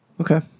Okay